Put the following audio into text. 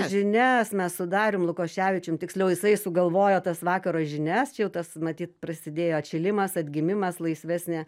žinias mes su darium lukoševičium tiksliau jisai sugalvojo tas vakaro žinias čia jau tas matyt prasidėjo atšilimas atgimimas laisvesnė